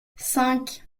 cinq